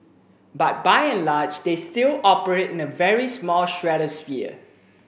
but by and large they still operate in a very small stratosphere